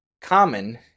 Common